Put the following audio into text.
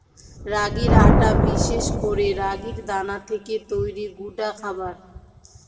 রাগির আটা বিশেষ করে রাগির দানা থেকে তৈরি গুঁডা খাবার